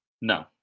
No